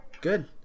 Good